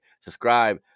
Subscribe